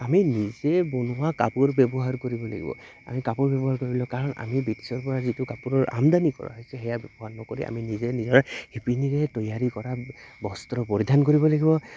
আমি নিজে বনোৱা কাপোৰ ব্যৱহাৰ কৰিব লাগিব আমি কাপোৰ ব্যৱহাৰ কৰি ল কাৰণ আমি ব্ৰিটিছৰ পৰা যিটো কাপোৰৰ আমদানি কৰা হৈছে সেয়া ব্যৱহাৰ নকৰি আমি নিজে নিজৰ শিপিনীৰে তৈয়াৰি কৰা বস্ত্ৰ পৰিধান কৰিব লাগিব